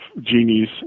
genies